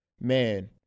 man